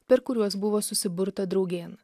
per kuriuos buvo susiburta draugėn